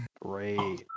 Great